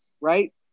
right